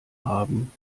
haben